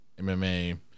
MMA